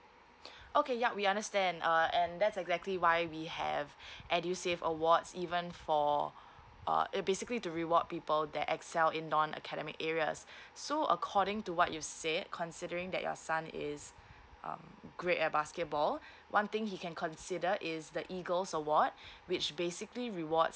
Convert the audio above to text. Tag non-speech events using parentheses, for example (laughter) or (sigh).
(breath) okay yup we understand uh and that's exactly why we have (breath) edusave awards even for uh it basically to reward people that excel in non academic areas so according to what you said considering that your son is um great at basketball one thing he can consider is the EAGLES award (breath) which basically rewards